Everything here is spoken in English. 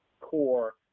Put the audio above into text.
core